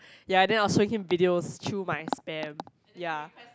ya then I was making videos through my spam ya